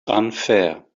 unfair